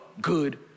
good